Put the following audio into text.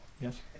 yes